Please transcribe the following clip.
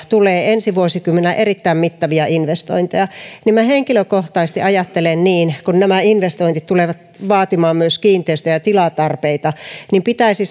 tulee ensi vuosikymmenellä erittäin mittavia investointeja että minä henkilökohtaisesti ajattelen niin kun nämä investoinnit tulevat vaatimaan myös kiinteistö ja tilatarpeita että pitäisi